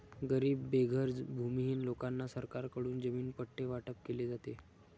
गरीब बेघर भूमिहीन लोकांना सरकारकडून जमीन पट्टे वाटप केले जाते